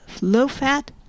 low-fat